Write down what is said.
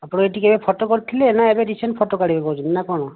ଆପଣ ଏଠି କେବେ ଫୋଟୋ କରିଥିଲେ ନା ଏବେ ରିସେନ୍ଟ ଫୋଟୋ କାଢିବେ କହୁଛନ୍ତି ନାଁ କଣ